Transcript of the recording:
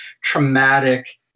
traumatic